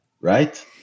right